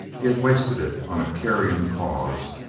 he had wasted it on a carrion cause.